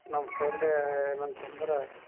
ನಮ್ಮ ಫ್ರೆಂಡ ಏನಂತಂದ್ರೆ